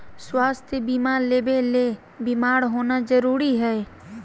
स्वास्थ्य बीमा लेबे ले बीमार होना जरूरी हय?